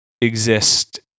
exist